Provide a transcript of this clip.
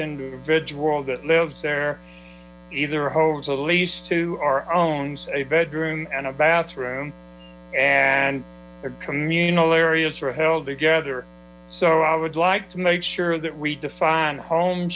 individual that lives there are either holds a lease to or owns a bedroom and a bathroom and a communal areas are held together so i would like to make sure that we define home